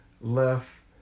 left